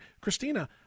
Christina